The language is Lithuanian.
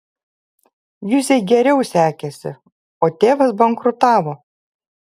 juzei geriau sekėsi o tėvas bankrutavo